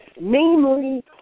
Namely